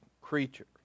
creature